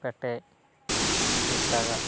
ᱯᱮᱴᱮᱡ ᱴᱷᱤᱠ ᱴᱷᱟᱜᱟᱜ